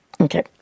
Okay